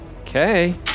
Okay